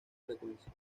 frecuencia